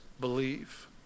believe